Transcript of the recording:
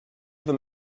them